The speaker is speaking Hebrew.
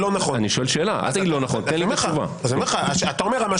אני שואל שאלה, אל תגיד לא נכון, תן תשובה.